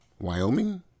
Wyoming